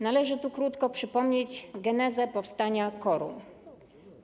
Należy tu krótko przypomnieć genezę powstania KOR-u.